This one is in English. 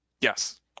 Yes